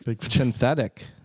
synthetic